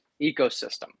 ecosystem